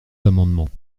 amendements